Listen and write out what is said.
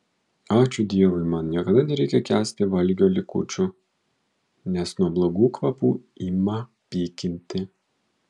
ačiū dievui man niekada nereikia kęsti valgio likučių nes nuo blogų kvapų ima pykinti